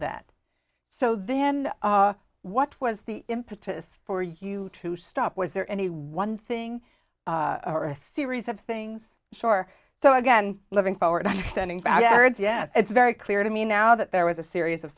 that so then what was the impetus for you to stop was there any one thing or a series of things sure so again living forward i'm standing barack yes it's very clear to me now that there was a series of